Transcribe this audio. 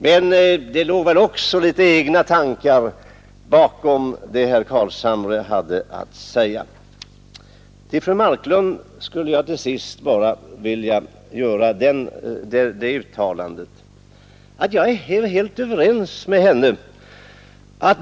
Men det låg väl också litet egna tankar bakom det herr Carlshamre hade att säga. Till fru Marklund skulle jag bara vilja uttala att jag på en punkt är helt överens med henne.